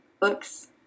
books